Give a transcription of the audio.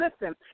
Listen